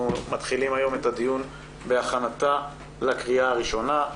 מתחילים את הדיון בהכנתה לקריאה הראשונה.